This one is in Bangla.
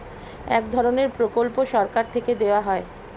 এক ধরনের প্রকল্প সরকার থেকে দেওয়া হয়